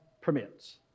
permits